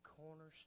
cornerstone